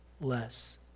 less